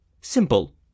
Simple